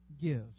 gives